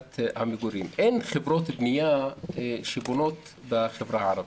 אין חברות בנייה שבונות בחברה הערבית.